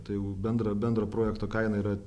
tai jau bendra bendra projekto kaina yra